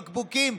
בקבוקים,